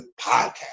podcast